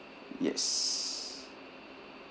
yes